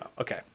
Okay